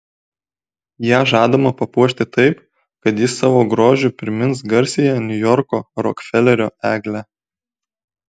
ją žadama papuošti taip kad ji savo grožiu primins garsiąją niujorko rokfelerio eglę